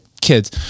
kids